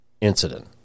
incident